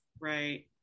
right